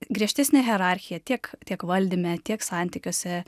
griežtesnė hierarchija tiek tiek valdyme tiek santykiuose